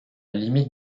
limite